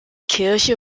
kirche